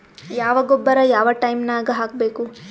ಯಾವ ಗೊಬ್ಬರ ಯಾವ ಟೈಮ್ ನಾಗ ಹಾಕಬೇಕು?